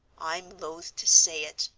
i'm loath to say it,